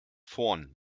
vorn